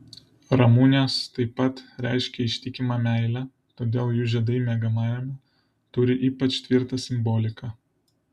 ramunės taip pat reiškia ištikimą meilę todėl jų žiedai miegamajame turi ypač tvirtą simboliką